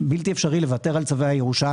בלתי אפשרי לוותר על צווי הירושה.